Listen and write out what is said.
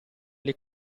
alle